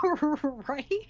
Right